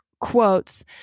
quotes